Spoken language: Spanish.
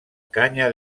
caña